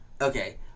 Okay